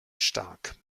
stark